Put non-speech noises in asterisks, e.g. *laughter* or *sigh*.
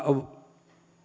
*unintelligible* on